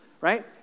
Right